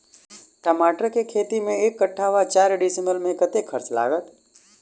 टमाटर केँ खेती मे एक कट्ठा वा चारि डीसमील मे कतेक खर्च लागत?